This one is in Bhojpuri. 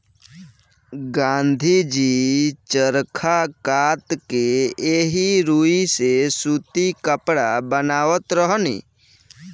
गाँधी जी चरखा कात के एही रुई से सूती कपड़ा बनावत रहनी